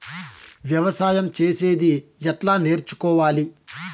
వ్యవసాయం చేసేది ఎట్లా నేర్చుకోవాలి?